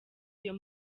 iyo